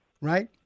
right